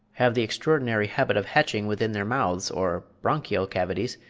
have the extraordinary habit of hatching within their mouths, or branchial cavities,